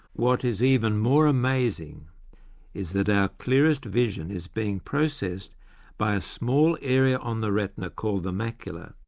what is even more amazing is that our clearest vision is being processed by a small area on the retina called the macula,